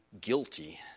guilty